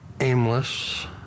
aimless